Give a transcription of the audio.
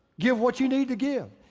give what you're need to give.